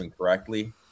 correctly